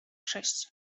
sześć